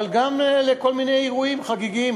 אבל גם לכל מיני אירועים חגיגיים,